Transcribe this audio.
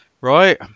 Right